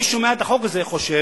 מי ששומע את החוק הזה חושב